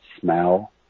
smell